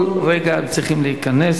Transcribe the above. כל רגע הם צריכים להיכנס.